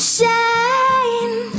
Shine